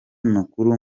makuru